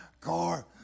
car